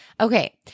Okay